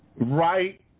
right